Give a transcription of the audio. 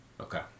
Okay